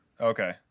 Okay